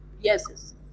yes